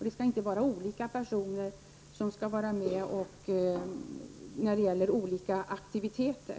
Det skall inte vara olika personer under olika aktiviteter.